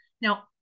Now